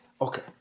Okay